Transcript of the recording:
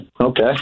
Okay